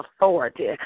authority